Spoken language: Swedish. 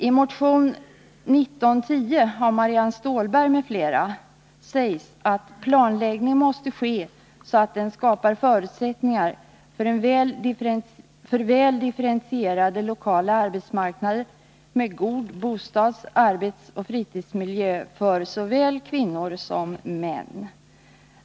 I motion 1910 av Marianne Stålberg m.fl. sägs att planläggning måste ske så att den skapar förutsättningar för väl differentierade lokala arbetsmarknader med god bostads-, arbetsoch fritidsmiljö för såväl kvinnor som män.